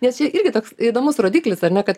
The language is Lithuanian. nes čia irgi toks įdomus rodiklis ar ne kad